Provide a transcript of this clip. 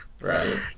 Right